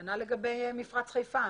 כנ"ל לגבי מפרץ חיפה.